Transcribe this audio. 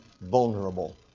vulnerable